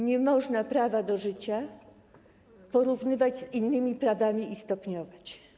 Nie można prawa do życia porównywać z innymi prawami i stopniować.